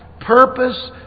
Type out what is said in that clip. purpose